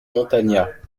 montagnat